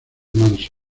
manso